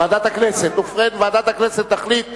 אני חושב שכאשר מגבילים זכויות של אסירים